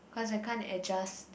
cause I can't adjust